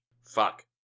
Fuck